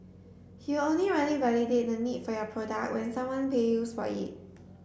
he only really validate the need for your product when someone pay for it